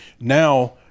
Now